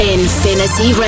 Infinity